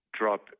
drop